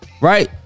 right